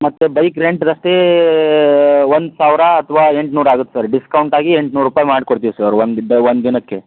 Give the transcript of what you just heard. ಮತ್ತು ಬೈಕ್ ರೆಂಟ್ಗಷ್ಟೇ ಒಂದು ಸಾವಿರ ಅಥ್ವಾ ಎಂಟುನೂರು ಆಗುತ್ತೆ ಸರ್ ಡಿಸ್ಕೌಂಟಾಗಿ ಎಂಟುನೂರು ರೂಪಾಯಿ ಮಾಡ್ಕೊಡ್ತೀವಿ ಸರ್ ಒಂದು ಡೇ ಒಂದು ದಿನಕ್ಕೆ